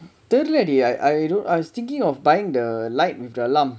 தெர்ல:terla [deh] I was thinking of buying the light with the alarm